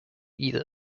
either